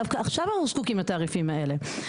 דווקא עכשיו אנחנו זקוקים לתעריפים האלה.